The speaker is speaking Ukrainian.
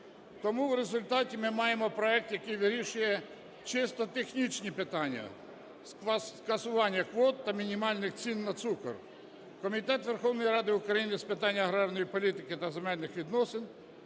Тому в результаті ми маємо проект, який вирішує чисто технічні питання скасування квот та мінімальних цін на цукор. Комітет Верховної Ради України з питань аграрної політики та земельних відносин